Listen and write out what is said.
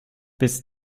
bis